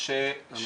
אני חושב